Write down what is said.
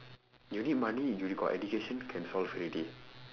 you need money you got education can solve already